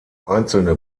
einzelne